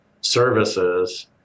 services